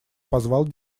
позвал